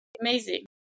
Amazing